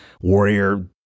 warrior